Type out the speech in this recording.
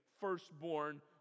firstborn